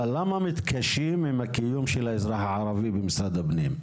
למה מתקשים עם הקיום של האזרח הערבי במשרד הפנים?